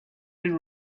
been